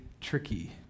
tricky